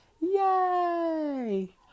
Yay